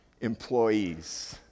employees